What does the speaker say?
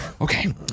okay